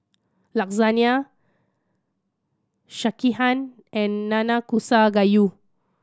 Lasagne Sekihan and Nanakusa Gayu